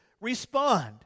respond